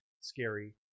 scary